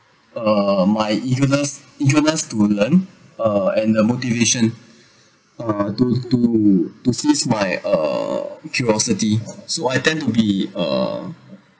uh my eagerness eagerness to learn uh and uh motivation uh to to to face my uh curiosity so I tend to be uh